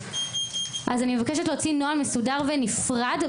אני מבקשת להוציא נוהל מסודר ונפרד,